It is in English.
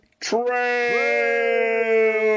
Trail